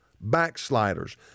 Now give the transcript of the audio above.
backsliders